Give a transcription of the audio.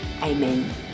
Amen